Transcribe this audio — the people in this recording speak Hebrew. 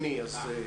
הדיון.